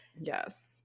Yes